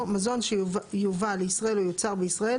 "מזון שיובא לישראל או יוצר בישראל"